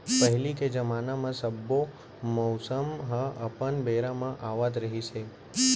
पहिली के जमाना म सब्बो मउसम ह अपन बेरा म आवत रिहिस हे